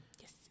yes